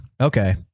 Okay